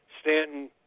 Stanton